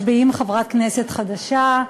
משביעים חברת כנסת חדשה.